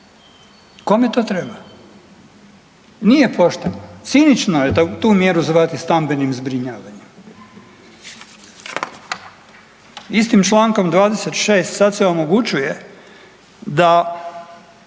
Kome to treba? Nije pošteno, cinično je da tu mjeru zvati stambenim zbrinjavanjem. Istim člankom 26. sad se omogućuje da